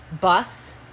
bus